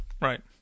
right